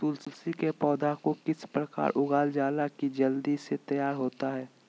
तुलसी के पौधा को किस प्रकार लगालजाला की जल्द से तैयार होता है?